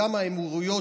וגם האמירויות,